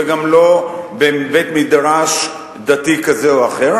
וגם לא בבית-מדרש דתי כזה או אחר,